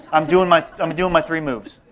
i'm doing my um doing my three moves.